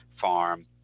farm